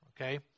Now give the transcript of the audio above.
okay